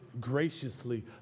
graciously